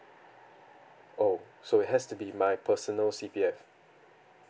oh so it has to be my personal C_P_F